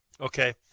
Okay